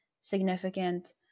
significant